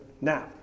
now